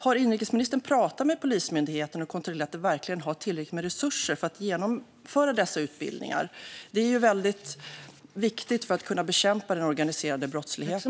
Har inrikesministern pratat med Polismyndigheten och kontrollerat att de verkligen har tillräckligt med resurser för att genomföra dessa utbildningar? Det är väldigt viktigt för att kunna bekämpa den organiserade brottsligheten.